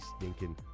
stinking